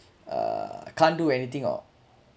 uh can't do anything or